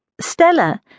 Stella